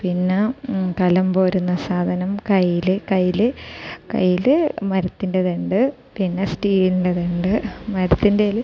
പിന്നെ കലം പോരുന്ന സാധനം കയ്യിൽ കയ്യിൽ കയ്യിൽ മരത്തിൻ്റെത് ഉണ്ട് പിന്നെ സ്റ്റീലിന്റേത് ഉണ്ട് മരത്തിന്റേതിൽ